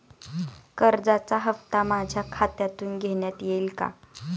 कर्जाचा हप्ता माझ्या खात्यातून घेण्यात येईल का?